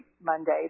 Monday